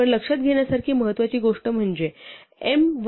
पण लक्षात घेण्यासारखी महत्वाची गोष्ट म्हणजे m वजा n हे d चे गुणक देखील आहे